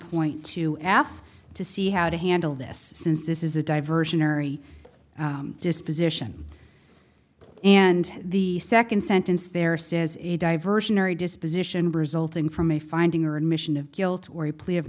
point to ask to see how to handle this since this is a diversionary disposition and the second sentence there says a diversionary disposition resulting from a finding or admission of guilt or a plea of